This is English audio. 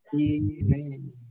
Amen